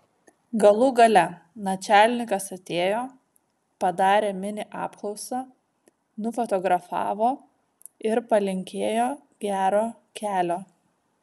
galų gale načialnikas atėjo padarė mini apklausą nufotografavo ir palinkėjo gero kelio